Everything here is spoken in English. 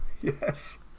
yes